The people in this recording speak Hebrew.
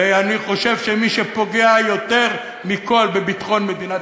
ואני חושב שמי שפוגע יותר מכול בביטחון מדינת